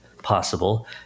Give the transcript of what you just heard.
possible